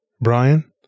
Brian